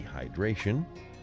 dehydration